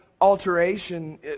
alteration